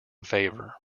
favour